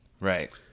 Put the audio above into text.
Right